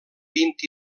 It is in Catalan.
vint